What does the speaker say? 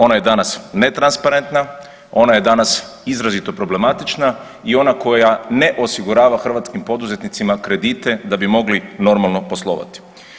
Ona je danas netransparentna, ona je danas izrazito problematična i ona koja ne osigurava hrvatskim poduzetnicima kredite da bi mogli normalno poslovati.